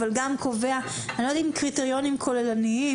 היום,